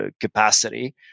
capacity